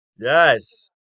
Yes